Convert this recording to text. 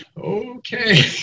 Okay